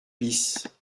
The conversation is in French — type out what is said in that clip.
bis